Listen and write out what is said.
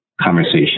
conversation